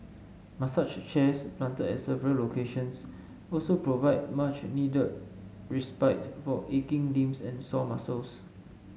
massage chairs planted at several locations also provide much need respite for aching limbs and sore muscles